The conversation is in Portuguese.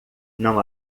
não